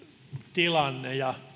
tilanne